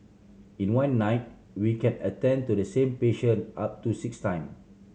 in one night we can attend to the same patient up to six time